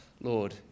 Lord